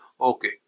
Okay